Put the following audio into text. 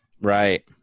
Right